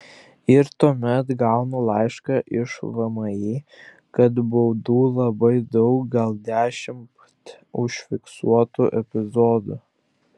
ir tuomet gaunu laišką iš vmi kad baudų labai daug gal dešimt užfiksuotų epizodų